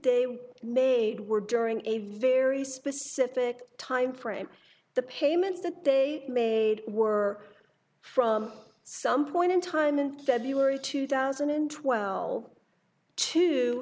they made were during a very specific timeframe the payments that they made were from some point in time in february two thousand and twelve to